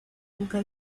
nunca